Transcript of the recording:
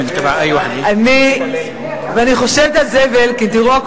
אני אתקן ואני